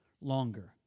longer